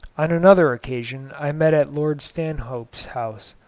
on another occasion i met at lord stanhope's house,